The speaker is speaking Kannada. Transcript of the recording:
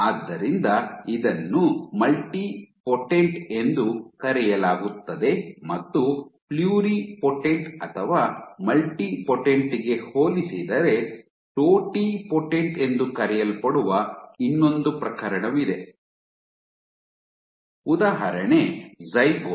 ಆದ್ದರಿಂದ ಇದನ್ನು ಮಲ್ಟಿಪೋಟೆಂಟ್ ಎಂದು ಕರೆಯಲಾಗುತ್ತದೆ ಮತ್ತು ಪ್ಲುರಿಪೊಟೆಂಟ್ ಅಥವಾ ಮಲ್ಟಿಪೋಟೆಂಟ್ ಗೆ ಹೋಲಿಸಿದರೆ ಟೊಟಿಪೊಟೆಂಟ್ ಎಂದು ಕರೆಯಲ್ಪಡುವ ಇನ್ನೊಂದು ಪ್ರಕರಣವಿದೆ ಉದಾಹರಣೆ ಜ್ಹೈಗೋಟ್